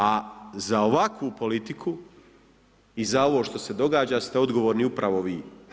A za ovakvu politiku i za ovo što se događa ste odgovorni upravo vi.